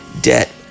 debt